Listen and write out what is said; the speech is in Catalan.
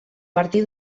partir